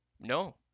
No